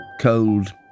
cold